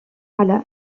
على